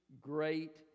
great